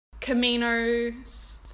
Camino's